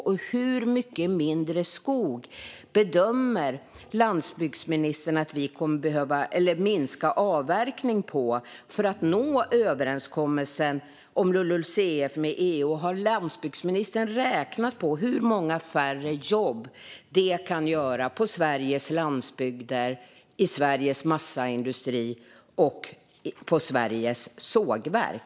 Med hur mycket skog bedömer landsbygdsministern att vi kommer att behöva minska avverkningen för att nå överenskommelsen om LULUCF med EU? Och har landsbygdsministern räknat på hur många färre jobb detta kan leda till på Sveriges landsbygder, i Sveriges massaindustri och på Sveriges sågverk?